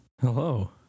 hello